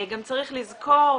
צריך לזכור,